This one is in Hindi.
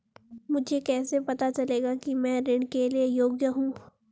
मुझे कैसे पता चलेगा कि मैं ऋण के लिए योग्य हूँ?